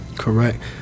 correct